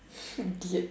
idiot